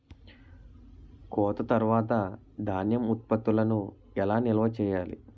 కోత తర్వాత ధాన్యం ఉత్పత్తులను ఎలా నిల్వ చేయాలి?